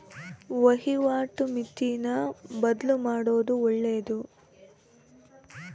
ವಹಿವಾಟು ಮಿತಿನ ಬದ್ಲುಮಾಡೊದು ಒಳ್ಳೆದು